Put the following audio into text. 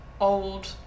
old